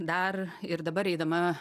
dar ir dabar eidama